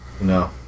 No